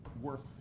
worth